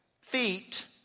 feet